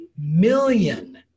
million